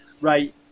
right